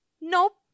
Nope